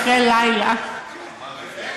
ישן עד 12:00. תראו מה קורה לכם אחרי לילה,